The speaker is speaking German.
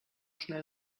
schnell